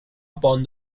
upon